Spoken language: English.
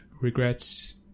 regrets